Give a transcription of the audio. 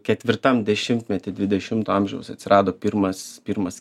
ketvirtam dešimtmety dvidešimto amžiaus atsirado pirmas pirmas